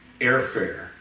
airfare